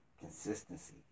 consistency